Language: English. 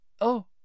Oh